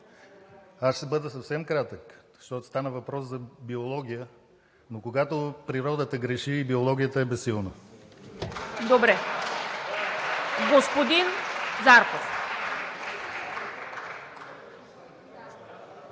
Аз ще бъда съвсем кратък, защото стана въпрос за биология. Но когато природата греши, и биологията е безсилна. (Ръкопляскания от